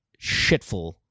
shitful